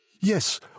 yes